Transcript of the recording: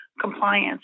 compliance